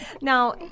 Now